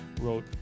wrote